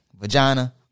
vagina